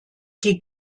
die